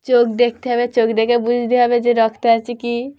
চোখ দেখতে হবে চোখ দেখে বুঝতে হবে যে রক্ত আছে কি